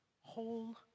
whole